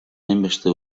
hainbeste